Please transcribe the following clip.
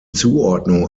zuordnung